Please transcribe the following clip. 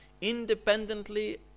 Independently